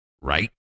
Right